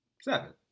seven